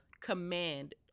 command